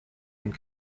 and